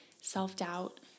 self-doubt